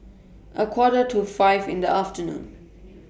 A Quarter to five in The afternoon